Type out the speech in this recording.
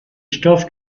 stoff